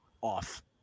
off